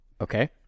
okay